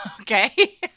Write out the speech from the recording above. Okay